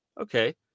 okay